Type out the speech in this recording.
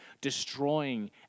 destroying